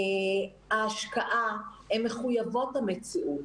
השקעה, הן מחויבות המציאות.